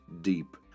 deep